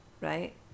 right